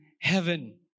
heaven